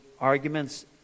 arguments